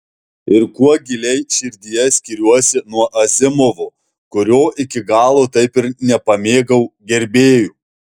ir kuo giliai širdyje skiriuosi nuo azimovo kurio iki galo taip ir nepamėgau gerbėjų